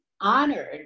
honored